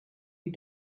you